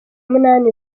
munani